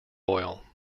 oil